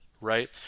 right